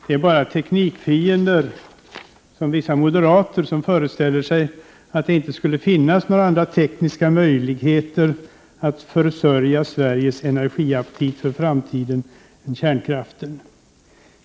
Det är bara teknikfiender såsom vissa moderater som föreställer sig att det inte skulle finnas några andra tekniska möjligheter än kärnkraften att försörja Sveriges energiaptit för framtiden.